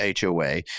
HOA